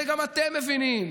הרי גם אתם מבינים,